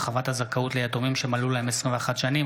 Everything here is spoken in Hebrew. הרחבת הזכאות ליתומים שמלאו להם 21 שנים),